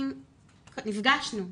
נפגשנו,